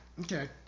Okay